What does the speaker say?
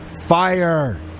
fire